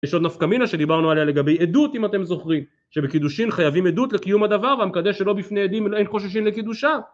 יש עוד נפקמינה שדיברנו עליה לגבי עדות אם אתם זוכרים שבקידושין חייבים עדות לקיום הדבר והמקדש שלא בפני עדים אין חוששים לקידושה